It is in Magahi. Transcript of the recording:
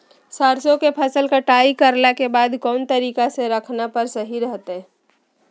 सरसों के फसल कटाई करला के बाद कौन तरीका से रखला पर सही रहतय?